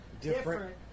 different